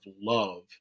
love